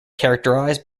characterized